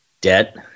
debt